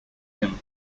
him